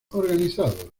organizados